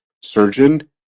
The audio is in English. surgeon